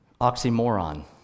oxymoron